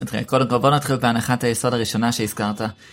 קודם כל בוא נתחיל בהנחת היסוד הראשונה שהזכרת